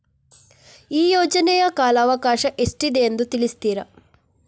ಈ ಯೋಜನೆಯ ಕಾಲವಕಾಶ ಎಷ್ಟಿದೆ ಅಂತ ತಿಳಿಸ್ತೀರಾ?